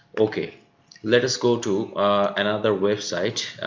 okay let us go to another website.